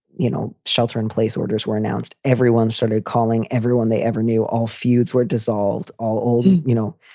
you know shelter in place. orders were announced. everyone started calling everyone they ever knew. all feuds were dissolved, all old, you know,